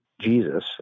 Jesus